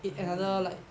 mm